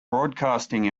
broadcasting